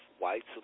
whites